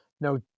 no